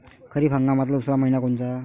खरीप हंगामातला दुसरा मइना कोनता?